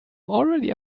already